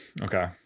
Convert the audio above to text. okay